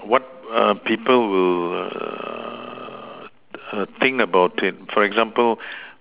what err people will err err think about it for example